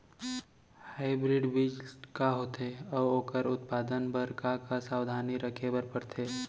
Hybrid बीज का होथे अऊ ओखर उत्पादन बर का का सावधानी रखे बर परथे?